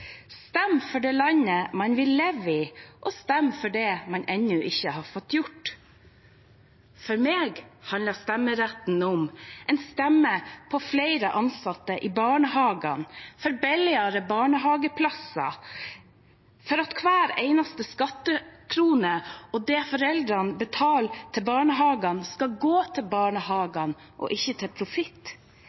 for det landet man vil leve i, og stemme for det man ennå ikke har fått gjort. For meg handler stemmeretten om en stemme for flere ansatte i barnehagene, for billigere barnehageplasser, for at hver eneste skattekrone og det foreldrene betaler til barnehagene, skal gå til barnehagene – ikke til profitt.